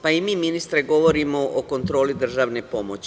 Pa i mi ministre govorimo o kontroli državne pomoći.